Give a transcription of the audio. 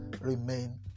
remain